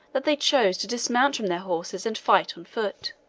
that they chose to dismount from their horses and fight on foot.